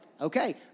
okay